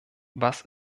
was